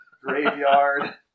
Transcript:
graveyard